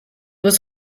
was